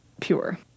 pure